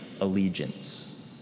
allegiance